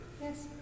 Yes